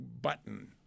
button